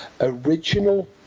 original